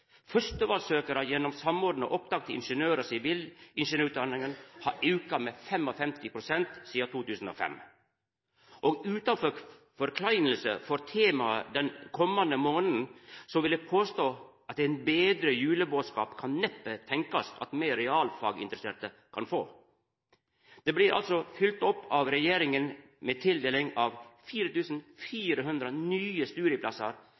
har auka med 55 pst. sidan 2005. Utan forkleining for temaet den kommande månaden, vil eg påstå at ein betre julebodskap til oss realfagsinteresserte neppe kan tenkast. Dette blir av regjeringa fylgt opp med tildeling av 4 400 nye studieplassar